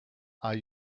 are